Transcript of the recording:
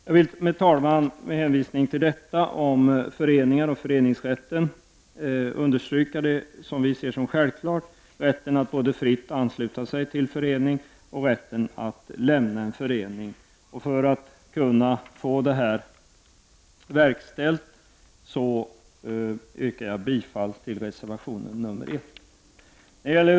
Jag vill med hänvisning till detta om föreningar och föreningsrätten understryka det som vi ser som självklart, nämligen både rätten att fritt ansluta sig till en förening och rätten att lämna en förening. För att kunna få detta verkställt yrkar jag bifall till reservation nr 1.